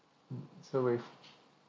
mm it's no wave